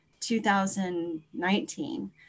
2019